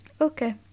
Okay